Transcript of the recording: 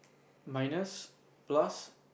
minus plus